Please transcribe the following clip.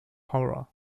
horror